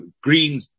green